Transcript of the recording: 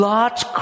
Large